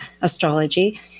astrology